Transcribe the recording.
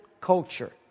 culture